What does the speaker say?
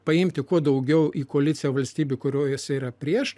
paimti kuo daugiau į koaliciją valstybių kurioj jis yra prieš